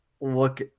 look